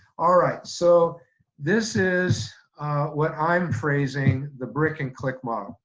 all right, so this is what i'm phrasing the brick and click model,